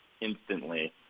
instantly